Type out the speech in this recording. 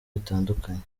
bitandukanye